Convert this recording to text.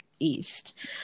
East